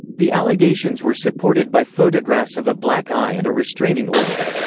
the allegations were supported by photographs of a black eye and a restraining order.